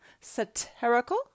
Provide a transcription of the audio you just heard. satirical